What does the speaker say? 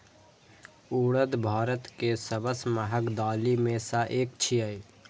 उड़द भारत के सबसं महग दालि मे सं एक छियै